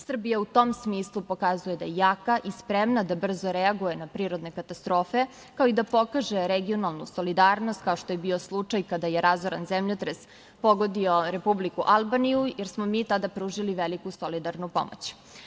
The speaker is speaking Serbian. Srbija u tom smislu pokazuje da je jaka i spremna da brzo reaguje na prirodne katastrofe, kao i da pokaže regionalnu solidarnost, kao što je bio slučaj kada je razoran zemljotres pogodio Republiku Albaniju, jer smo mi tada pružili veliku solidarnu pomoć.